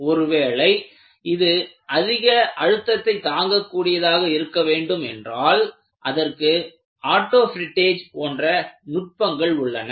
ஒருவேளை இது அதிக அழுத்தத்தைத் தாங்க கூடியதாக இருக்க வேண்டும் என்றால் அதற்கு ஆட்டோ ஃப்ரிட்டேஜ் போன்ற நுட்பங்கள் உள்ளன